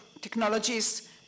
technologies